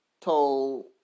told